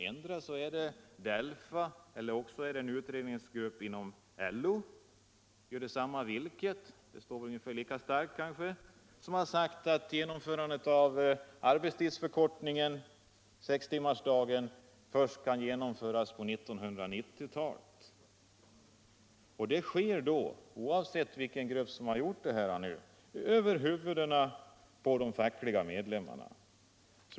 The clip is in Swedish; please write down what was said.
Antingen är det DELFA eller också är det en utredningsgrupp inom LO som sagt — det kan göra detsamma vilket; det slår väl ungefär lika starkt oavsett vem som gjort det — att genomförandet av arbetstidsförkortningen till en sextimmarsdag skall komma först på 1990-talet. Det sker då — oavsett vilken grupp som har sagt detta — över huvudet på de fackliga medlemmarna.